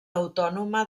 autònoma